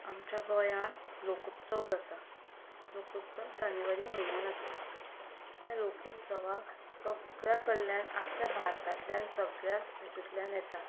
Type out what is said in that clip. आमच्या गोंयांत लोकोत्सव जाता लोकोत्सव जानेवरी म्हयन्यांत आसता त्या लोकोत्सवाक सगळ्या कडल्यान आख्ख्या भारतांतल्यान सगळ्या हातूंतल्यान येतात